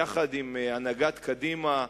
יחד עם הנהגת קדימה,